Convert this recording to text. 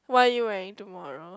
what are you wearing tomorrow